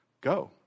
go